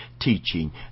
teaching